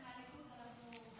אנחנו,